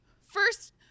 First